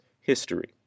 history